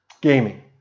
Gaming